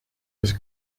his